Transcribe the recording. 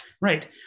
Right